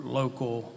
local